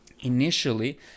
initially